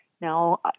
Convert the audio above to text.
now